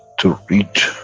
to reach